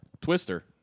Twister